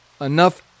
enough